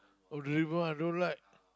oh the river one I don't like